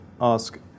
ask